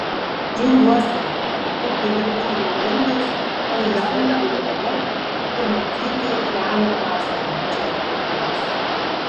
džiaugiuosi kad galiu būti naudingas lsu veikloje ir matyti realią prasmę čia dirbdamas